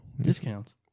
Discounts